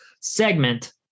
segment